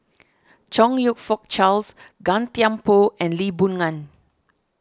Chong You Fook Charles Gan Thiam Poh and Lee Boon Ngan